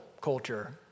culture